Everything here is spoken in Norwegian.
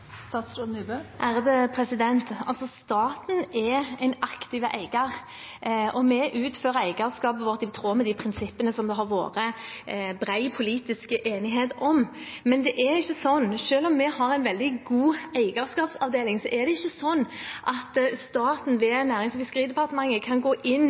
Staten er en aktiv eier, og vi utfører eierskapet vårt i tråd med de prinsippene som det har vært bred politisk enighet om. Men selv om vi har en veldig god eierskapsavdeling, kan ikke staten, ved Nærings- og fiskeridepartementet, gå inn,